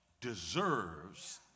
deserves